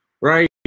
right